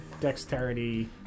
dexterity